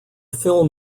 film